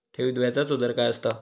ठेवीत व्याजचो दर काय असता?